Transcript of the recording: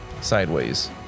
sideways